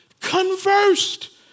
conversed